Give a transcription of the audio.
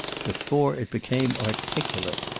before it became articulate.